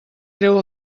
treu